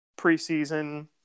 preseason